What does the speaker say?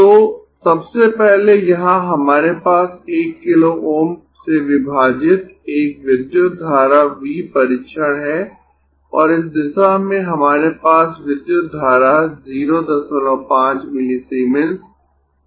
तो सबसे पहले यहां हमारे पास 1 किलो Ω से विभाजित एक विद्युत धारा V परीक्षण है और इस दिशा में हमारे पास विद्युत धारा 05 मिलीसीमेंस × V परीक्षण है